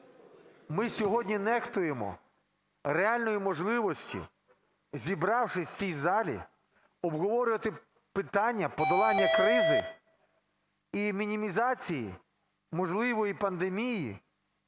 ми сьогодні нехтуємо реальною можливістю, зібравшись в цій залі, обговорювати питання подолання кризи і мінімізації можливої пандемії,